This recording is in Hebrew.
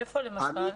איפה, למשל?